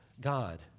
God